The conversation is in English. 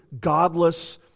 godless